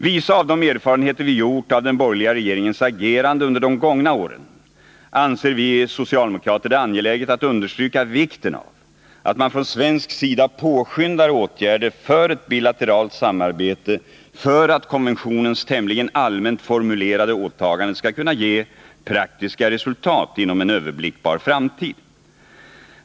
Visa av de erfarenheter vi gjort av den borgerliga regeringens agerande under de gångna åren anser vi socialdemokrater det angeläget att understryka vikten av att man från svensk sida påskyndar åtgärder för ett bilateralt samarbete för att konventionens tämligen allmänt formulerade åtaganden skall kunna ge praktiska resultat inom en överblickbar framtid.